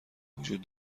وجود